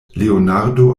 leonardo